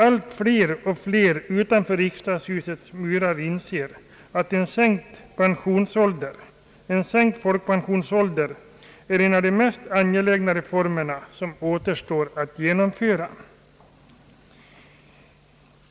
Allt fler och fler utanför riksdagshusets murar inser att en sänkt folkpensionsålder är en av de mest angelägna reformer som återstår att genomföra.